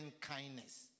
kindness